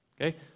Okay